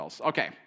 Okay